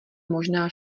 možná